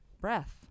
breath